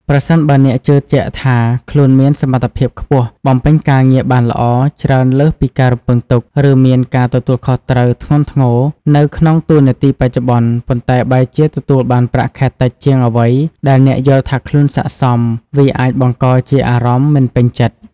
ប្រសិនបើអ្នកជឿជាក់ថាខ្លួនមាន សមត្ថភាពខ្ពស់ បំពេញការងារបានល្អ ច្រើនលើសពីការរំពឹងទុក ឬមាន ការទទួលខុសត្រូវធ្ងន់ធ្ងរ នៅក្នុងតួនាទីបច្ចុប្បន្ន ប៉ុន្តែបែរជាទទួលបានប្រាក់ខែតិចជាងអ្វីដែលអ្នកយល់ថាខ្លួនស័ក្តិសម វាអាចបង្កជាអារម្មណ៍ មិនពេញចិត្ត។